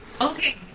okay